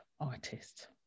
artist